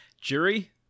Jury